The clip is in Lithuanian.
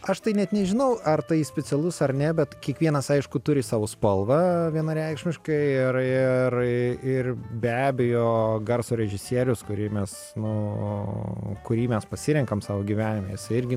aš tai net nežinau ar tai specialus ar ne bet kiekvienas aišku turi savo spalvą vienareikšmiškai ir ir ir be abejo garso režisierius kurį mes nu kurį mes pasirenkam savo gyvenime jisai irgi